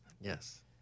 Yes